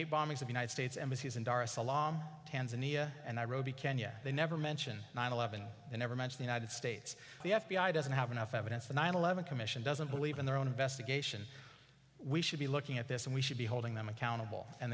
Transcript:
eight bombings of united states embassies in dar es salaam tanzania and nairobi kenya they never mention nine eleven they never mentioned united states the f b i doesn't have enough evidence the nine eleven commission doesn't believe in their own investigation we should be looking at this and we should be holding them accountable and